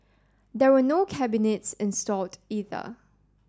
there were no cabinets installed either